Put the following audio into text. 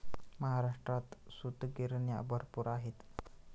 महाराष्ट्रात सूतगिरण्या भरपूर आहेत